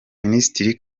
minisitiri